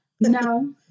No